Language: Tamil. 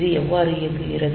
இது எவ்வாறு இயங்குகிறது